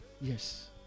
Yes